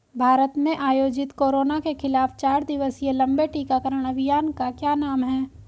भारत में आयोजित कोरोना के खिलाफ चार दिवसीय लंबे टीकाकरण अभियान का क्या नाम है?